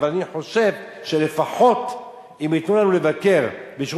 אבל לפחות אם ייתנו לנו לבקר בשירות